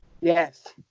Yes